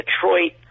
Detroit